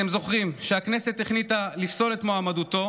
אתם זוכרים שהכנסת החליטה לפסול את מועמדותו?